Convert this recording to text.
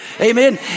amen